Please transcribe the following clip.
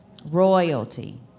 Royalty